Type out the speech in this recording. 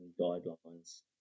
guidelines